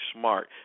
smart